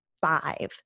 five